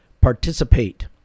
participate